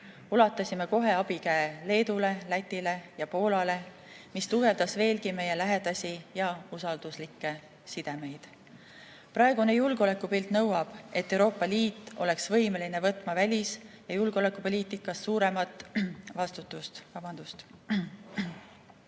ulatasime kohe abikäe Leedule, Lätile ja Poolale, mis tugevdas veelgi meie lähedasi ja usalduslikke sidemeid. Praegune julgeolekupilt nõuab, et Euroopa Liit oleks võimeline võtma välis‑ ja julgeolekupoliitikas suuremat vastutust.